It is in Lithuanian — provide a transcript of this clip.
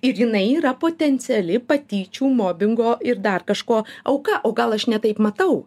ir jinai yra potenciali patyčių mobingo ir dar kažko auka o gal aš ne taip matau